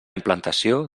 implantació